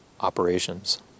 operations